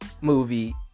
movie